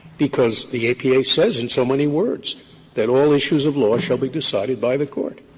because the apa says in so many words that all issues of law shall be decided by the court.